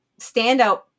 standout